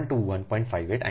58 angle minus 43